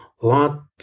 Lot